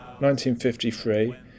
1953